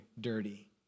dirty